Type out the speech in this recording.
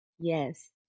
Yes